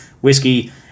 whiskey